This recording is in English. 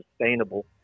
sustainable